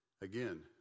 Again